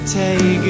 take